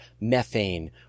methane